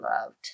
loved